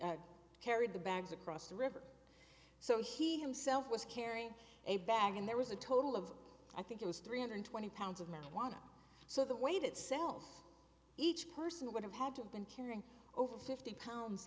were carried the bags across the river so he himself was carrying a bag and there was a total of i think it was three hundred twenty pounds of marijuana so the weight itself each person would have had to have been carrying over fifty pounds